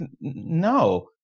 no